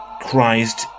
Christ